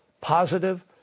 positive